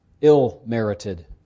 ill-merited